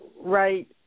right